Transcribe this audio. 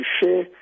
share